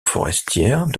forestières